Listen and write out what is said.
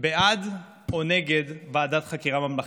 בעד או נגד ועדת חקירה ממלכתית,